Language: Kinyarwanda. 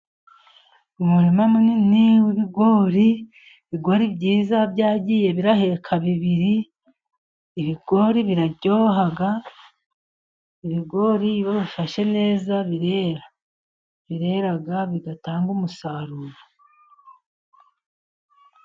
Umurima munini w'ibigori, ibigori byiza byagiye biraheka bibiri ibigori biraryoha, ibigori iyo babifashe neza birera birera bigatanga umusaruro.